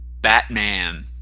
Batman